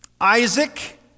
Isaac